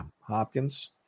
hopkins